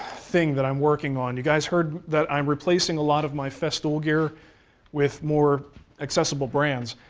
thing that i'm working on. you guys heard that i'm replacing a lot of my festool gear with more accessible brands,